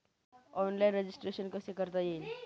Online registration कसे करता येईल?